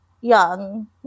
young